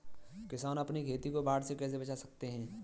किसान अपनी खेती को बाढ़ से कैसे बचा सकते हैं?